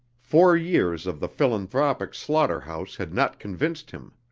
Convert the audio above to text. four years of the philanthropic slaughterhouse had not convinced him.